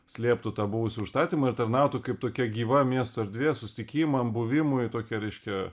slėptų tą buvusį užstatymą ir tarnautų kaip tokia gyva miesto erdvė susitikimam buvimui tokia reiškia